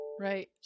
Right